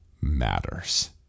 matters